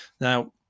Now